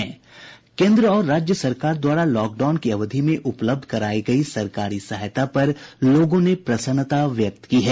केन्द्र और राज्य सरकार द्वारा लॉकडाउन की अवधि में उपलब्ध करायी गयी सरकारी सहायता पर लोगों ने प्रसन्नता व्यक्त की है